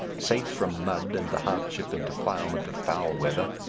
safe from mud and the hardship and defilement of foul weather,